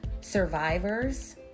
survivors